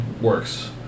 works